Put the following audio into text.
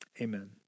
amen